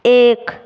एक